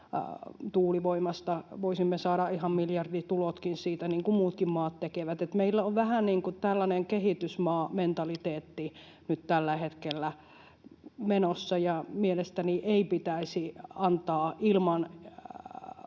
tuulivoimasta. Voisimme saada ihan miljarditulotkin siitä, niin kuin muutkin maat tekevät. Meillä on vähän niin kuin tällainen kehitysmaamentaliteetti nyt tällä hetkellä menossa. Mielestäni ei pitäisi antaa näille